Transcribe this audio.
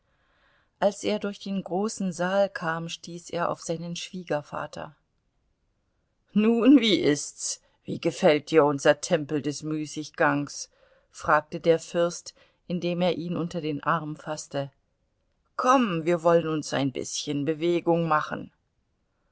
als er durch den großen saal kam stieß er auf seinen schwiegervater nun wie ist's wie gefällt dir unser tempel des müßiggangs fragte der fürst indem er ihn unter den arm faßte komm wir wollen uns ein bißchen bewegung machen